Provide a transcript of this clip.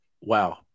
wow